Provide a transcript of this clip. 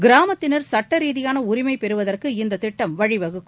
கிராமத்தினர் சட்ட ரீதியான உரிமை பெறுவதற்கு இந்த திட்டம் வழிவகுக்கும்